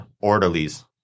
orderlies